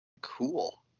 Cool